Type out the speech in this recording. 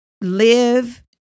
live